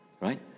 Right